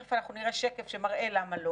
תכף אנחנו נראה שקף שמראה למה לא